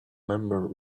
member